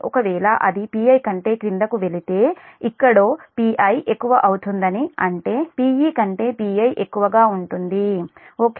ఒకవేళ అది Pi కంటే క్రిందకు వెళితే ఎక్కడోPi ఎక్కువ అవుతుంది అంటే Pe కంటే Pi ఎక్కువగా ఉంటుంది ఓకే